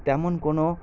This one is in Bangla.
তেমন কোন